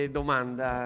domanda